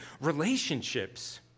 relationships